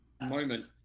moment